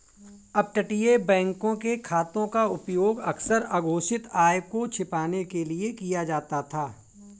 अपतटीय बैंकों के खातों का उपयोग अक्सर अघोषित आय को छिपाने के लिए किया जाता था